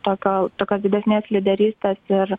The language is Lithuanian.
tokio tokios didesnės lyderystės ir